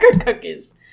cookies